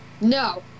No